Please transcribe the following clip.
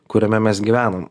kuriame mes gyvenam